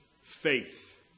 faith